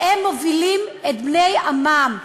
והם מובילים את בני עמם,